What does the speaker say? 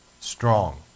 strong